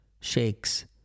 shakes